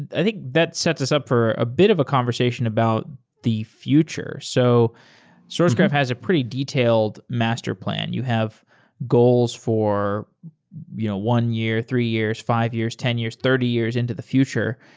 i think that sets us up for a bit of a conversation about the future. so sourcegraph has a pretty detailed master plan. you have goals for you know one year, three years, five years, ten years, thirty years into the future.